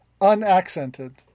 Unaccented